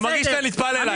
אני מרגיש שאתה נטפל אליי.